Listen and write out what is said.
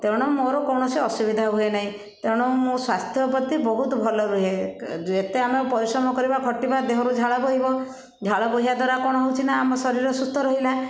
ତେଣୁ ମୋର କୌଣସି ଅସୁବିଧା ହୁଏ ନାହିଁ ତେଣୁ ମୁଁ ସ୍ୱାସ୍ଥ୍ୟ ପ୍ରତି ବହୁତ ଭଲ ରୁହେ ଯେତେ ଆମେ ପରିଶ୍ରମ କରିବା ଖଟିବା ଦେହରୁ ଝାଳ ବହିବ ଝାଳ ବହିବା ଦ୍ଵାରା କ'ଣ ହେଉଛି ନା ଆମ ଶରୀର ସୁସ୍ଥ ରହିଲା